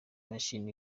imashini